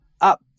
up